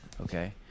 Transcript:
Okay